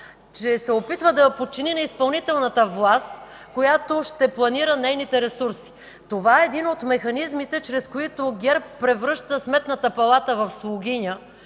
че се опитва да я подчини на изпълнителната власт, която ще планира нейните ресурси. Това е един от механизмите, чрез които ГЕРБ превръща Сметната палата в слугиня,